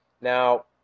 Now